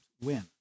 win